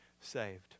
saved